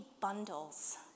bundles